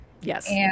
Yes